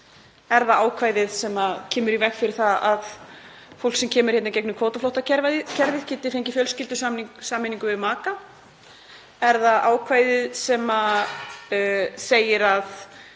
Er það ákvæðið sem kemur í veg fyrir að fólk sem kemur hingað í gegnum kvótaflóttakerfið geti fengið fjölskyldusameiningu við maka? Er það ákvæðið sem segir að